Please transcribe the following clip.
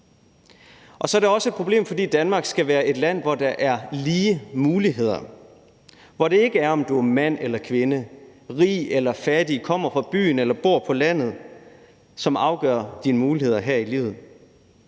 Så er det også et problem, fordi Danmark skal være et land, hvor der er lige muligheder, hvor det ikke er, om du er mand eller kvinde, rig eller fattig eller kommer fra byen eller bor på landet, som afgør dine muligheder her i livet.